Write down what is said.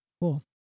Cool